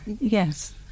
Yes